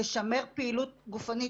לשמר פעילות גופנית,